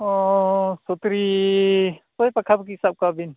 ᱚᱻ ᱥᱩᱠᱨᱤ ᱳᱭ ᱯᱟᱠᱷᱟ ᱯᱟᱠᱷᱤ ᱥᱟᱵ ᱠᱟᱜ ᱵᱤᱱ